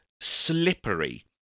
slippery